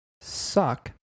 suck